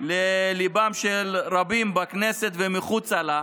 לליבם של רבים בכנסת ומחוצה לה,